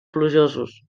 plujosos